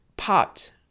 popped